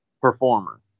performer